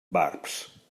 barbs